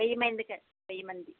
వెయ్యి మంది క వెయ్యి మంది